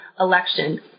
Election